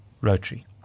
Rotary